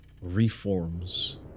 reforms